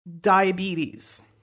diabetes